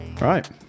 Right